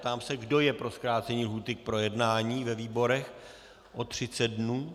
Ptám se, kdo je pro zkrácení lhůty k projednání ve výborech o 30 dnů.